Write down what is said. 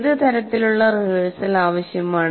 ഏത് തരത്തിലുള്ള റിഹേഴ്സൽ ആവശ്യമാണ്